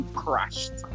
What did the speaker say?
crashed